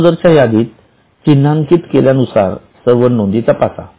या अगोदरच्या यादीत चिन्हांकित केल्यानुसार सर्व नोंदी तपासा